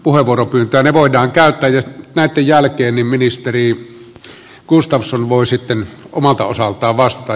ne voidaan käyttää ja näitten jälkeen ministeri gustafsson voi sitten omalta osaltaan vastata